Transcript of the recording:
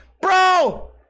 Bro